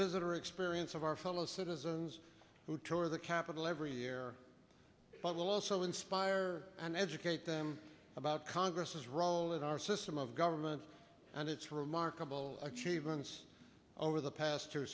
visitor experience of our fellow citizens who tour the capital every year but also inspire and educate them about congress role that our system of government and its remarkable achievements over the past two